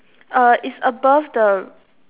uh it's above the